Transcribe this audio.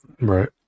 Right